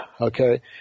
Okay